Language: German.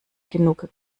genug